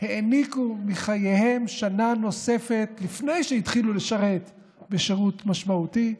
שהעניקו מחייהם שנה נוספת לפני שהתחילו לשרת בשירות משמעותי.